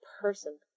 person